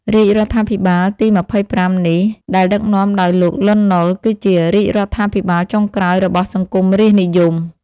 រាជរដ្ឋាភិបាលទី ២៥ នេះ ដែលដឹកនាំដោយលោក លន់ នល់ គឺជា រាជរដ្ឋាភិបាលចុងក្រោយ របស់សង្គមរាស្ត្រនិយម។